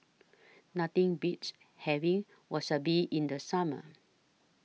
Nothing Beats having Wasabi in The Summer